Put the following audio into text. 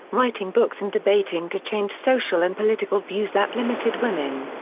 writing books and debating to change social and political views that limited women.